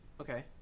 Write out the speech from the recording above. okay